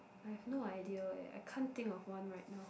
I've no idea eh I can't think of one right now